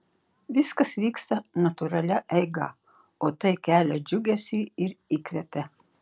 viskas vyksta natūralia eiga o tai kelia džiugesį ir įkvepia